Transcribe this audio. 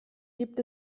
gibt